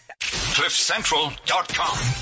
Cliffcentral.com